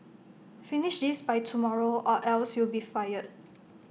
finish this by tomorrow or else you'll be fired